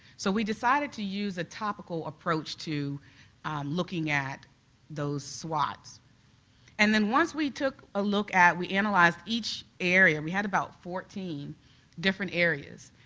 so we decided to use ah topical approach to looking at those swots and then once we took a look at, analyzed each area, we had about fourteen different areas,